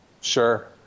sure